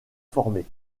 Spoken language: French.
formée